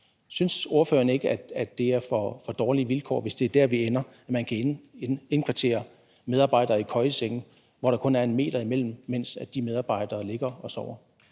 Synes ordføreren ikke, at det er for dårlige vilkår, hvis det er der, vi ender, at man kan indkvartere medarbejdere i køjesenge, hvor der kun er 1 m imellem dem, mens de ligger og sover?